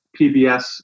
pbs